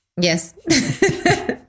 Yes